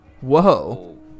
Whoa